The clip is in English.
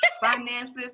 finances